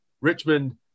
Richmond